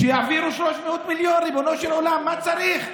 שיעבירו 300 מיליון, ריבונו של עולם, מה צריך?